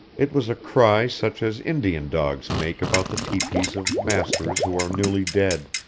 it was a cry such as indian dogs make about the tepees of masters who are newly dead.